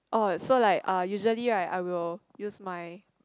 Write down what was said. orh so like uh usually right I will use my